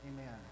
Amen